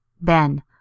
Ben